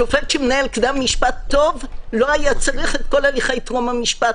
שופט שמנהל קדם משפט טוב לא היה צריך את כל הליכי טרום המשפט,